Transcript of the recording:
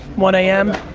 one a m,